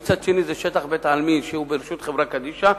מצד שני זה שטח בית-העלמין שהוא ברשות חברה קדישא.